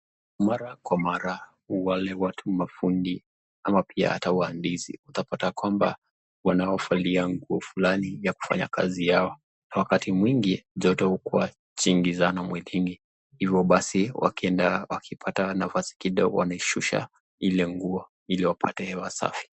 Mara kwa mara wale watu mafundi ama pia ata waandishi utapata kwamba wanaovalia nguo fulani ya kufanya kazi yao wakati mwingi joto ukuwa jingi sana mwilini hivyo basi wakienda wakipata nafasi kidogo wanashusha ile nguo iliwapate hewa safi